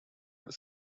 are